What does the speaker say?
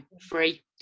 free